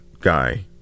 guy